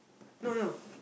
no no